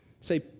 say